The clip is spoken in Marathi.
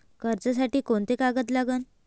कर्जसाठी कोंते कागद लागन?